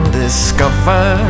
discover